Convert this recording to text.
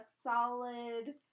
solid